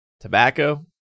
Tobacco